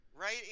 right